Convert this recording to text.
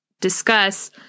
discuss